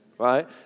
Right